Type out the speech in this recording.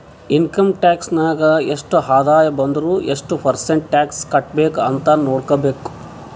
income tax ನಾಗ್ ಎಷ್ಟ ಆದಾಯ ಬಂದುರ್ ಎಷ್ಟು ಪರ್ಸೆಂಟ್ ಟ್ಯಾಕ್ಸ್ ಕಟ್ಬೇಕ್ ಅಂತ್ ನೊಡ್ಕೋಬೇಕ್